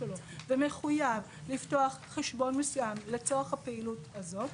שלו ומחויב לפתוח חשבון מסוים לצורך הפעילות הזאת,